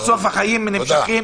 בסוף החיים נמשכים.